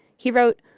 he wrote,